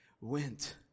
Went